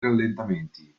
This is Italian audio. rallentamenti